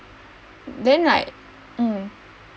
then like mm